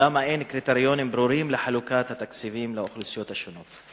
למה אין קריטריונים ברורים לחלוקת התקציבים לאוכלוסיות השונות?